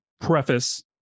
preface